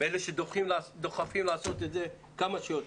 מאלה שדוחפים לעשות את זה כמה שיותר.